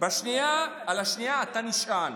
על השנייה אתה נשען.